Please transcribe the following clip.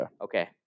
Okay